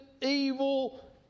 evil